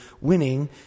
winning